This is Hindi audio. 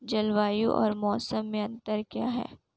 जलवायु और मौसम में अंतर क्या है?